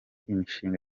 imishinga